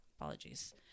Apologies